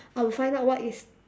I will find out what is